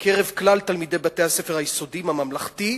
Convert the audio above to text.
בקרב כלל תלמידי בתי-הספר היסודי הממלכתי,